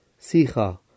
sicha